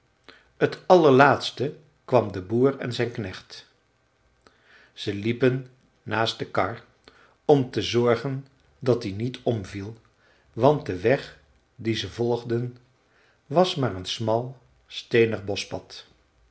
t allerlaatste kwam de boer en zijn knecht ze liepen naast de kar om te zorgen dat die niet omviel want de weg dien ze volgden was maar een smal